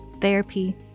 therapy